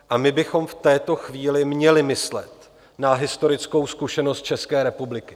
A my bychom v této chvíli měli myslet na historickou zkušenost České republiky.